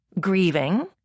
grieving